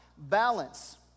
balance